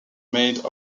made